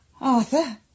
Arthur